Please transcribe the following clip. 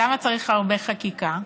למה צריך הרבה חקיקה?